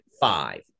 Five